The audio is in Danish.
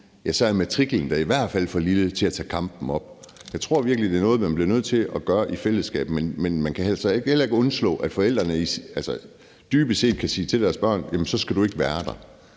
man sige, matriklen da i hvert fald er for lille til at tage kampen op på. Jeg tror virkelig, det er noget, man bliver nødt til at gøre i fællesskab, men man kan altså heller ikke underkende, at forældrene dybest set kan sige til deres børn: Jamen så skal du ikke være der.